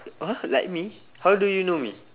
!huh! like me how do you know me